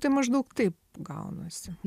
tai maždaug taip gaunasi